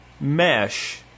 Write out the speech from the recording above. mesh